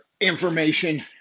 information